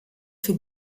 für